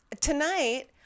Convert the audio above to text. Tonight